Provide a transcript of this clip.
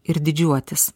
ir didžiuotis